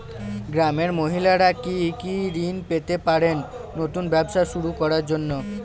গ্রামের মহিলারা কি কি ঋণ পেতে পারেন নতুন ব্যবসা শুরু করার জন্য?